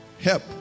help